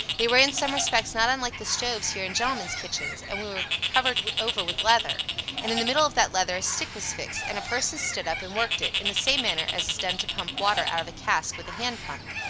they were in some respects not unlike the stoves here in gentlemen's kitchens and were covered over with leather and in the middle of that leather a stick was fixed, and a person stood up, and worked it, in the same manner as is done to pump water out of a cask with a hand pump.